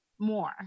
more